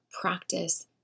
practice